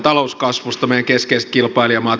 meidän keskeiset kilpailijamaat